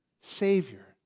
Savior